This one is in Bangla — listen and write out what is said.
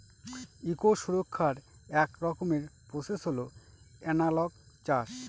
ইকো সুরক্ষার এক রকমের প্রসেস হল এনালগ চাষ